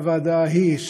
הייתה הוועדה ההיא,